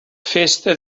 festa